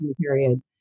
period